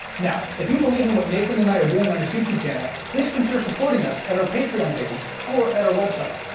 now if you believe in what nathan and i are doing on this youtube channel. please consider supporting us at our patreon page or at our website.